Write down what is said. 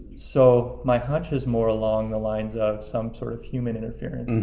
so my hunch is more along the lines of some sort of human interference.